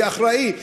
מי אחראי,